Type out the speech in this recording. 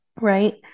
right